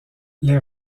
les